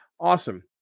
Awesome